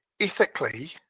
ethically